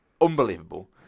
unbelievable